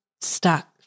stuck